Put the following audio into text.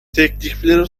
teklifleri